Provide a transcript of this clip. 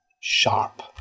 sharp